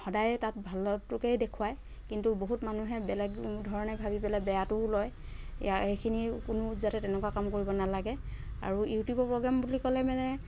সদায় তাত ভালটোকেই দেখুৱায় কিন্তু বহুত মানুহে বেলেগ ধৰণে ভাবি পেলাই বেয়াটোও লয় এইয়া সেইখিনি কোনেও যাতে তেনেকুৱা কাম কৰিব নালাগে আৰু ইউটিউবৰ প্ৰ'গ্ৰেম বুলি ক'লে মানে